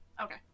Okay